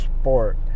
sport